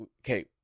Okay